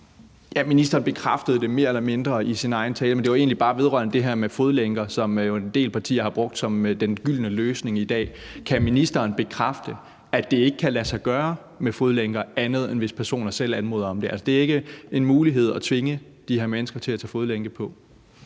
(DF): Ja, ministeren bekræftede det mere eller mindre i sin egen tale. Men det var egentlig bare vedrørende det her med fodlænker, som en del partier har brugt som den gyldne løsning i dag. Kan ministeren bekræfte, at det ikke kan lade sig gøre med fodlænker, andet end hvis personer selv anmoder om det? Altså, det er ikke en mulighed at tvinge de her mennesker til at tage fodlænke på.